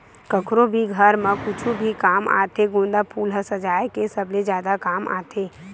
कखरो भी घर म कुछु भी काम आथे गोंदा फूल ह सजाय के सबले जादा काम आथे